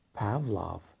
Pavlov